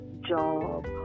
job